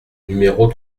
numéro